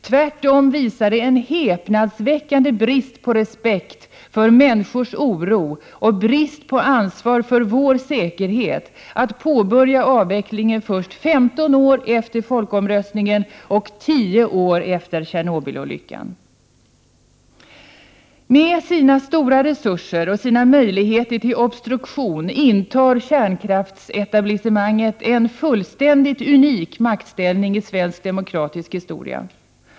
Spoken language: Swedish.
Tvärtom visar det en häpnadsväckande brist på respekt för människors oro och brist på ansvar för vår säkerhet att påbörja avvecklingen först femton år efter folkomröstningen och tio år efter Tjernobylolyckan! Med sina stora resurser och sina möjligheter till obstruktion intar kärnkraftsetablissemanget en fullständigt unik maktställning i svensk demokratisk historia.